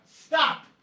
stop